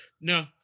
No